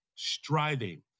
striving